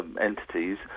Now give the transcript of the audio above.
entities